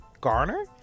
garner